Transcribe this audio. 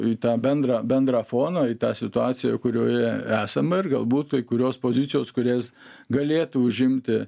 į tą bendrą bendrą foną į tą situaciją kurioje esam ir galbūt kai kurios pozicijos kurias galėtų užimti